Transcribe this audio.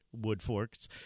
Woodforks